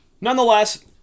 Nonetheless